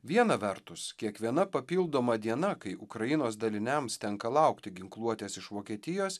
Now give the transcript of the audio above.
viena vertus kiekviena papildoma diena kai ukrainos daliniams tenka laukti ginkluotės iš vokietijos